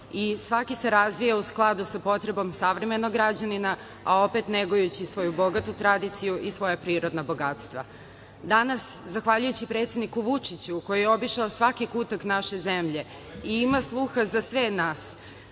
i svaki se razvija u skladu sa potrebom savremenog građanina, a opet negujući svoju bogatu tradiciju i svoja prirodna bogatstva. Danas, zahvaljujući predsedniku Vučiću, koji je obišao svaki kutak naše zemlje i ima sluha za sve nas,